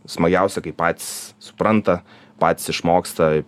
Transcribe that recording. smagiausia kai patys supranta patys išmoksta